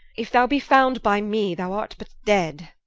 if thou be found by me, thou art but dead